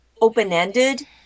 open-ended